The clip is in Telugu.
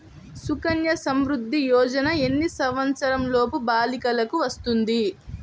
సుకన్య సంవృధ్ది యోజన ఎన్ని సంవత్సరంలోపు బాలికలకు వస్తుంది?